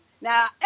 Now